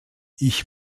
ich